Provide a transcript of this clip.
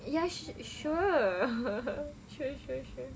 ya sure sure sure sure